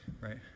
right